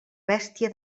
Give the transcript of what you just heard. bèstia